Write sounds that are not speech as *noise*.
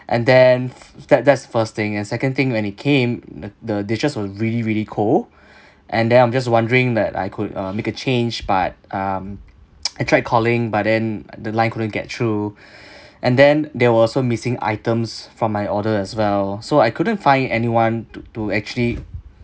and then that that's first thing and second thing when it came the the dishes were really really cold *breath* and then I'm just wondering that I could uh make a change but um *noise* I tried calling but then the line couldn't get through *breath* and then there were also missing items from my order as well so I couldn't find anyone to to actually